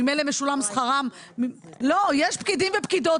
ממילא משולם שכרם --- לא הייתי אומרת את זה.